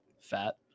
Fat